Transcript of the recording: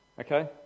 Okay